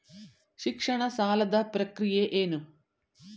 ಶಿಕ್ಷಣ ಸಾಲದ ಪ್ರಕ್ರಿಯೆ ಏನು?